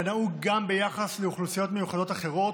כנהוג גם ביחס לאוכלוסיות מיוחדות אחרות